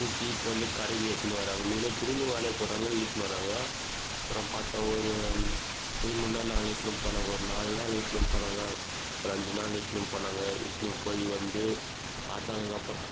பிடிச்சி இட்டுன்னு வந்து கரைக்கு எடுத்துன்னு வராங்க மீன் திரும்பியும் வலையை போடுறாங்க இழுத்துன்னு வராங்க அப்புறம் பார்த்தேன் ஒரு திரும்பி மூணா நாள் இட்டுன்னு போன ஒரு நாலு நாள் இட்டுன்னு போனாங்க ஒரு அஞ்சு நாள் இட்டுன்னு போனாங்க இட்டுன்னு போய் வந்து பார்த்தாங்க எங்கள் அப்புறம்